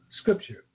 scripture